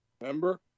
remember